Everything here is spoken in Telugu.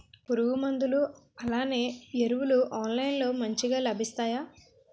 పురుగు మందులు అలానే ఎరువులు ఆన్లైన్ లో మంచిగా లభిస్తాయ?